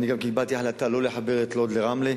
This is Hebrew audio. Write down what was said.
קיבלתי החלטה לא לחבר את לוד לרמלה,